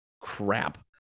crap